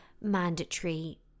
mandatory